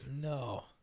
No